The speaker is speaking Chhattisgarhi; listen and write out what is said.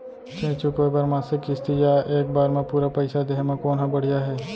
ऋण चुकोय बर मासिक किस्ती या एक बार म पूरा पइसा देहे म कोन ह बढ़िया हे?